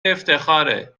افتخاره